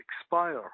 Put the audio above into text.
expire